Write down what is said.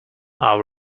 our